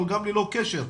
אבל גם ללא קשר,